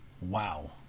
Wow